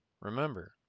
remember